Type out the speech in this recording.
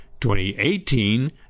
2018